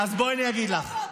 אז בואי, אני אגיד לך.